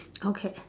okay